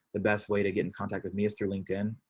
the best way to get in contact with me is through linkedin,